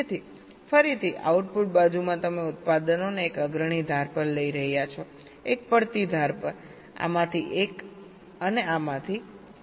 તેથી ફરીથી આઉટપુટ બાજુમાં તમે ઉત્પાદનોને એક અગ્રણી ધાર પર લઈ રહ્યા છો એક પડતી ધાર પર આમાંથી એક અને આમાંથી એક